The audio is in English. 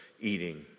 eating